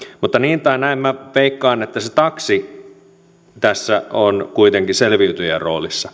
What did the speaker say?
mutta niin tai näin veikkaan että se taksi tässä on kuitenkin selviytyjän roolissa